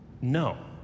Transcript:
no